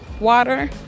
water